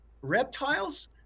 reptiles